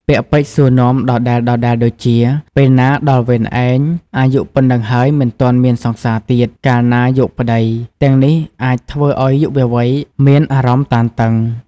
ពាក្យពេចន៍សួរនាំដដែលៗដូចជា ពេលណាដល់វេនឯង អាយុប៉ុណ្ណឹងហើយមិនទាន់មានសង្សារទៀត កាលណាយកប្តី ទាំងនេះអាចធ្វើឲ្យយុវវ័យមានអារម្មណ៍តានតឹង ។